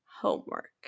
homework